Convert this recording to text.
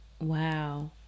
wow